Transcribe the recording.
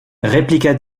répliqua